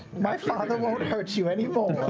my father won't hurt you anymore.